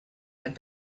had